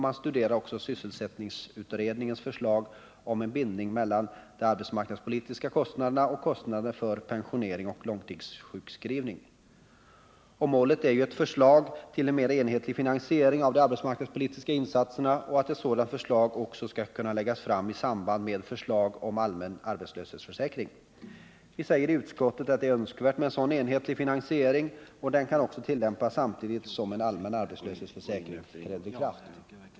Man studerar också sysselsättningsutredningens förslag om en bindning mellan de arbetsmarknadspolitiska kostnaderna och kostnaderna för pensionering och långtidssjukskrivning. Målet är ett förslag till mer enhetlig finansiering av de arbetsmarknadspolitiska insatserna, och avsikten är att ett sådant förslag också skall kunna läggas fram i samband med förslag om allmän arbetslöshetsförsäkring. Vi säger i utskottet att det är önskvärt med en sådan enhetlig finansiering och att systemet kan börja tillämpas samtidigt som en allmän arbetslöshetsförsäkring träder i kraft.